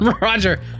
Roger